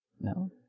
No